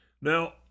Now